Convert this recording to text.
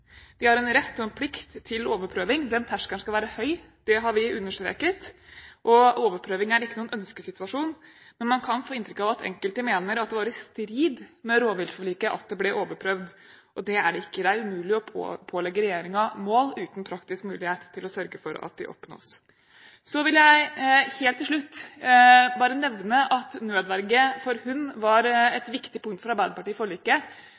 Vi har en rett og en plikt til overprøving. Den terskelen skal være høy, det har vi understreket. Overprøving er ikke noen ønskesituasjon, men man kan få inntrykk av at enkelte mener at det var i strid med rovdyrforliket at det ble overprøvd. Det er det ikke. Det er umulig å pålegge regjeringen mål uten praktisk mulighet til å sørge for at de oppnås. Så vil jeg helt til slutt nevne at nødverge for hund var et viktig punkt for Arbeiderpartiet i forliket.